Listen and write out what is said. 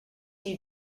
you